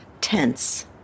Tense